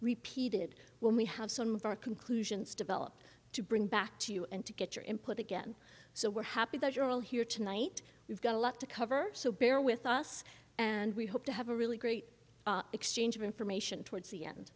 repeated when we have some of our conclusions develop to bring back to you and to get your input again so we're happy that you're all here tonight we've got a lot to cover so bear with us and we hope to have a really great exchange of information towards the